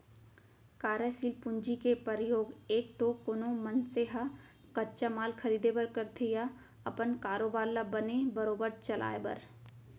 कारयसील पूंजी के परयोग एक तो कोनो मनसे ह कच्चा माल खरीदें बर करथे या अपन कारोबार ल बने बरोबर चलाय बर